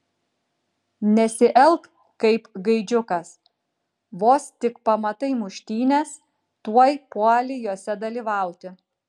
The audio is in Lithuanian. nesielk kaip gaidžiukas vos tik pamatai muštynes tuoj puoli jose dalyvauti